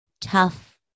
tough